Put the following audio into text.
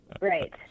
right